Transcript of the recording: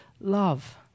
love